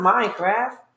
Minecraft